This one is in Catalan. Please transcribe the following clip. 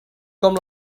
com